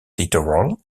littoral